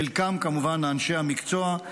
חלקם כמובן אנשי מקצוע,